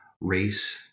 race